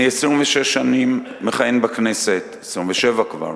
אני 26 שנים מכהן בכנסת, 27 כבר,